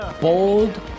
bold